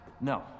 No